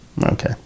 Okay